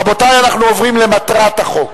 רבותי, אנחנו עוברים למטרת החוק.